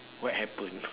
what happened